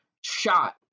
shot